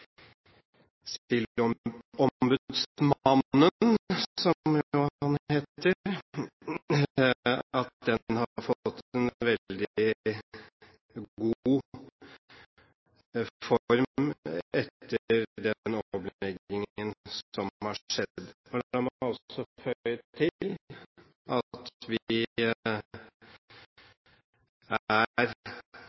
jo heter – har fått en veldig god form etter den omleggingen som har skjedd. Men la meg også føye til at vi